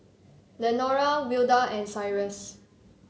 Lenora Wilda and Cyrus